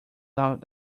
out